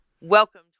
Welcome